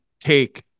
take